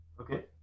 Okay